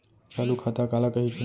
चालू खाता काला कहिथे?